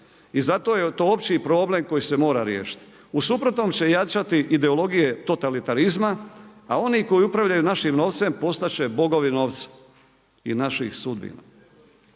i zato je to opći problem koji se mora riješiti. U suprotnom će jačati ideologije totalitarizma a oni koji upravljaju našim novcem postati će bogovi novca i naših sudbina.